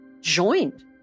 joined